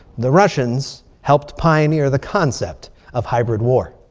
the russians helped pioneer the concept of hybrid war.